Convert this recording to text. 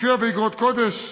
מופיע ב"אגרות קודש"